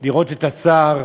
לראות את הצער